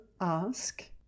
ask